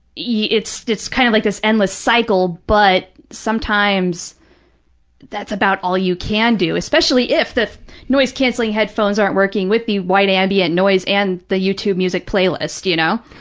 it's it's kind of like this endless cycle, but sometimes that's about all you can do, especially if the noise-canceling headphones aren't working with the white ambient noise and the youtube music playlist, you know.